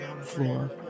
floor